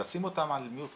כי